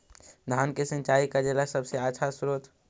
धान मे सिंचाई करे ला सबसे आछा स्त्रोत्र?